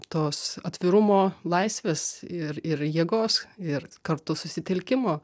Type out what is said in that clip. tos atvirumo laisvės ir ir jėgos ir kartu susitelkimo